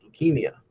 leukemia